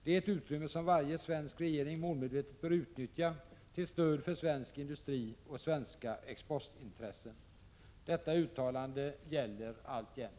Det är ett utrymme som varje svensk regering målmedvetet bör utnyttja till stöd för svensk industri och svenska exportintressen.” Detta uttalande gäller alltjämt.